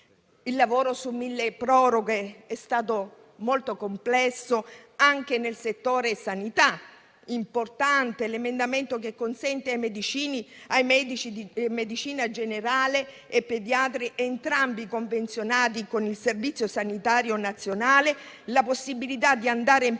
Il lavoro sul decreto milleproroghe è stato molto complesso anche nel settore sanità. Importante è l'emendamento che consente ai medici di medicina generale e ai pediatri, entrambi convenzionati con il Servizio sanitario nazionale, la possibilità di andare in